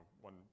one